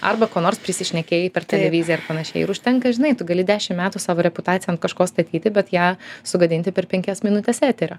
arba ko nors prisišnekėjai per televiziją ir panašiai ir užtenka žinai tu gali dešim metų savo reputaciją an kažko statyti bet ją sugadinti per penkias minutes eterio